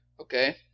okay